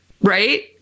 right